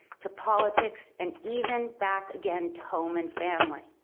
to politics and even back again to home and family.